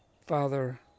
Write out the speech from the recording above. father